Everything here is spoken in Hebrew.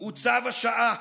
הוא צו השעה.